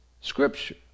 scripture